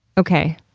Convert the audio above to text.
okay,